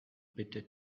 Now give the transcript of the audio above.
bitter